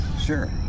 sure